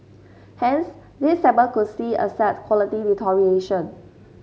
hence this segment could see asset quality deterioration